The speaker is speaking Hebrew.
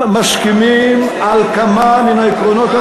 מסתייגים מרוב החוק,